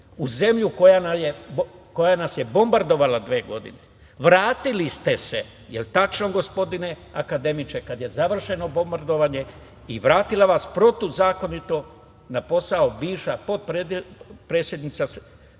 u zemlju koja nas je bombardovala dve godine, vratili ste se, jel tačno, gospodine akademiče, kada je završeno bombardovanje i vratila vas je protivzakonito na posao bivša pomoćnica,